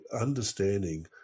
understanding